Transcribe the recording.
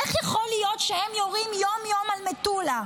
איך יכול להיות שהם יורים יום-יום על מטולה,